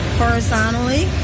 horizontally